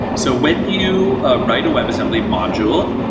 so when you ah write a webassembly module,